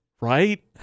right